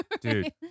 Dude